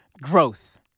growth